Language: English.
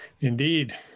Indeed